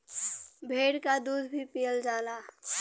भेड़ क दूध भी पियल जाला